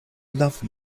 love